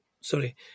sorry